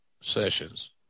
sessions